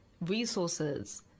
resources